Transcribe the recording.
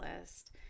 list